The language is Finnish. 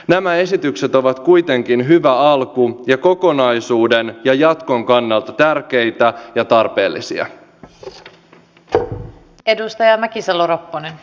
nämä esitykset ovat kuitenkin hyvä alku ja kokonaisuuden ja jatkon kannalta tärkeitä ja tarpeellisia ja turun edustaja mäkisalo ropponen ne